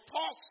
Paul